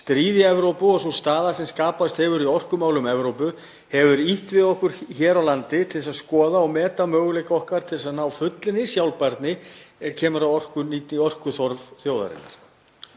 Stríð í Evrópu og sú staða sem skapast hefur í orkumálum Evrópu hefur ýtt við okkur hér á landi til að skoða og meta möguleika okkar til að ná fullri sjálfbærni er kemur að orkuþörf þjóðarinnar.